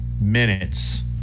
minutes